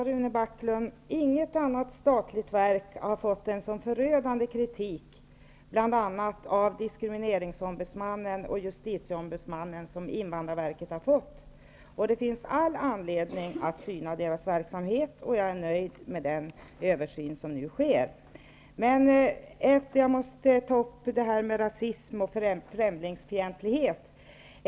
Herr talman! Inget annat statligt verk, Rune Backlund, har fått en så förödande kritik av bl.a. diskrimineringsombudsmannen och justitieombudsmannen som invandrarverket. Det finns all anledning att syna dess verksamhet, och jag är därför nöjd med den översyn som nu sker. Jag måste emellertid ta upp frågan om rasism och främlingsfientlighet.